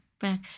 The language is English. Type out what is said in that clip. back